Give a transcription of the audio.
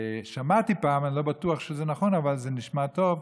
שמעתי פעם, אני לא בטוח שזה נכון אבל זה נשמע טוב,